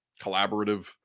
collaborative